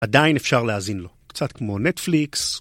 עדיין אפשר להאזין לו, קצת כמו נטפליקס.